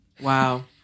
wow